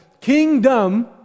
Kingdom